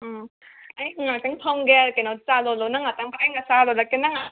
ꯎꯝ ꯑꯩ ꯉꯍꯥꯛꯇꯪ ꯐꯝꯒꯦ ꯀꯩꯅꯣ ꯆꯥ ꯂꯣꯜꯂꯛꯑꯣ ꯅꯪ ꯉꯍꯥꯛꯇꯪ ꯑꯩꯅ ꯆꯥ ꯂꯣꯜꯂꯛꯀꯦ